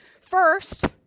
First